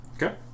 Okay